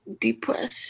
depressed